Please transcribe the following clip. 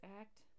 Act